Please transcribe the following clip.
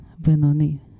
Benoni